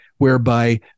whereby